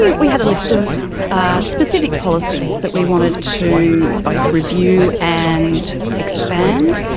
we we had a list of specific policies that we wanted to both review and expand.